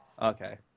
Okay